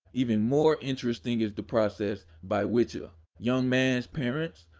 even more interesting is the process by which a young man's parents,